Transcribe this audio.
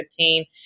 2015